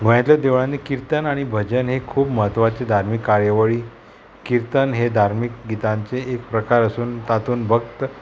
गोंयांतल्या देवळांनी किर्तन आनी भजन हे खूब म्हत्वाचे धार्मीक कार्यावळी किर्तन हे धार्मीक गितांचें एक प्रकार आसून तातूंत भक्त